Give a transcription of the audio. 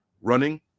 running